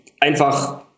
einfach